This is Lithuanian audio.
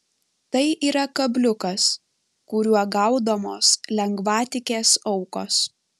tai yra kabliukas kuriuo gaudomos lengvatikės aukos